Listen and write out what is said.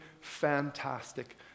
fantastic